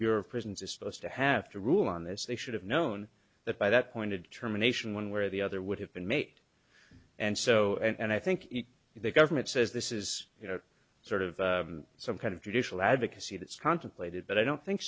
bureau of prisons is supposed to have to rule on this they should have known that by that point to determination one where the other would have been made and so and i think if the government says this is you know sort of some kind of judicial advocacy that's contemplated but i don't think